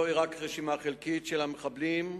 זוהי רק רשימה חלקית של המחבלים,